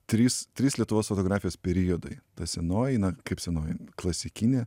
tris tris lietuvos fotografijos periodai ta senoji na kaip senoji klasikinė